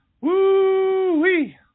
Woo-wee